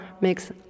makes